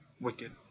wicked